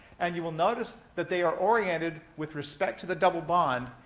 and you will notice that they are oriented, with respect to the double bond,